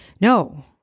No